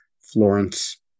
Florence